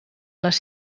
les